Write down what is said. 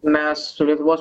mes su lietuvos